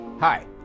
Hi